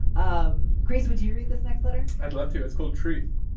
um chris, would you read this next letter? i'd love to it's called truth.